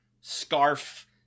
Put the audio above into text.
scarf